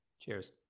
Cheers